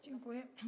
Dziękuję.